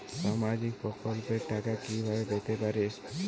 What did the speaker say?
সামাজিক প্রকল্পের টাকা কিভাবে পেতে পারি?